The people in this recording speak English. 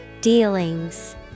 Dealings